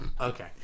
Okay